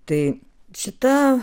tai šita